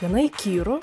gana įkyrų